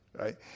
Right